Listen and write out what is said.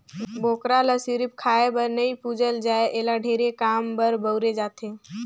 बोकरा ल सिरिफ खाए बर नइ पूजल जाए एला ढेरे काम बर बउरे जाथे